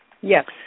Yes